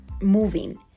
moving